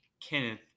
Kenneth